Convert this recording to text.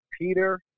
Peter